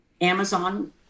Amazon